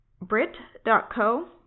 Brit.co